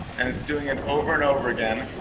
and it's doing it over and over again.